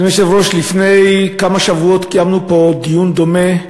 לפני כמה שבועות קיימנו פה דיון דומה,